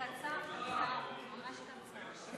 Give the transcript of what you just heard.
חמש דקות לרשותך.